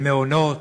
למעונות,